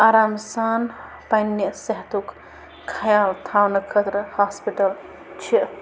آرام سان پنٛنہٕ صحتُک خیال تھاونہٕ خٲطرٕ ہاسپِٹل چھِ